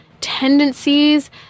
tendencies